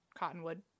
cottonwood